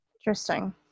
Interesting